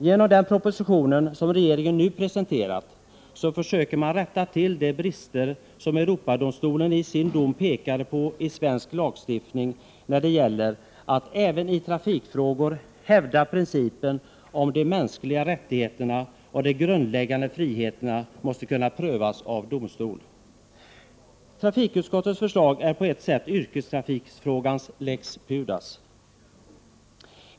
Genom den proposition som regeringen nu presenterat försöker man rätta till de brister som Europadomstolen i sin dom pekade på i svensk lagstiftning, att även i trafikfrågor hävda principen om de mänskliga rättigheterna och att de grundläggande friheterna måste kunna prövas av domstol. TU:s förslag är på ett sätt yrkestrafikfrågans ”lex Pudas”.